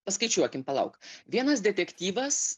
paskaičiuokim palauk vienas detektyvas